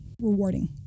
rewarding